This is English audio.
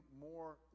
more